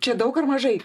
čia daug ar mažai